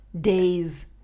days